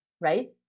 right